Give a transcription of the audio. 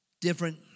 different